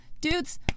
Dudes